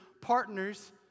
partners